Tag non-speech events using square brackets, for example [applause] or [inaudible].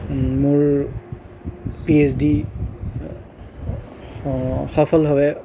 মোৰ P H D [unintelligible] সফলভাৱে